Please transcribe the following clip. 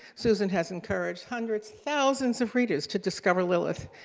susan has encouraged hundreds, thousands of readers to discover lilith,